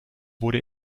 wurde